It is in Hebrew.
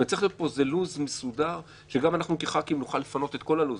צריך להיות פה לו"ז מסודר שגם אנחנו כח"כים נוכל לפנות את כל הלו"ז.